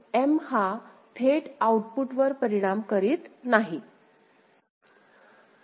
म्हणून M हा थेट आउटपुटवर परिणाम करीत नाही